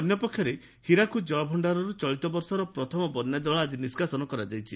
ଅନ୍ୟପକ୍ଷରେ ହୀରାକୁଦ ଜଳଭଣ୍ତାରରୁ ଚଳିତବର୍ଷର ପ୍ରଥମ ବନ୍ୟାଜଳ ଆକି ନିଷ୍କାସନ କରାଯାଇଛି